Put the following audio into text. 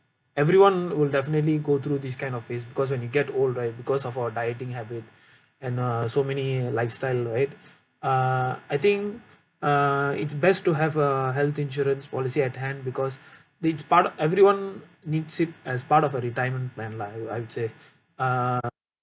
everyone will definitely go through this kind of phase because when you get old right because of our dieting habit and uh so many lifestyle right uh I think uh it's best to have a health insurance policy at hand because the part everyone needs it as part of a retirement plan lah I I would say uh